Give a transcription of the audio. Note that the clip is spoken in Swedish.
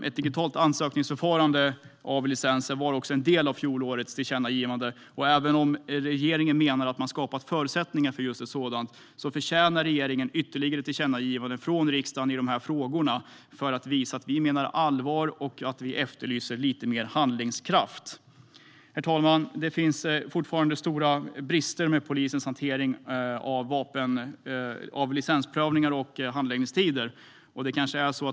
Ett digitalt ansökningsförfarande av licenser var också en del av fjolårets tillkännagivande. Även om regeringen menar att man har skapat förutsättningar för just ett sådant förtjänar regeringen ytterligare ett tillkännagivande från riksdagen i de här frågorna för att visa att vi menar allvar och att vi efterlyser lite mer handlingskraft. Herr talman! Det finns fortfarande stora brister i polisens hantering av licensprövningar och handläggningstider.